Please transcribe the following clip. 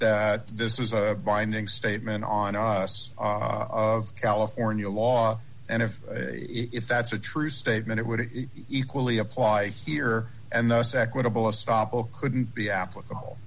that this is a binding statement on us of california law and if if that's a true statement it would it equally apply here and thus equitable a stop o couldn't be applicable